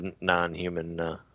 non-human